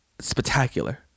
spectacular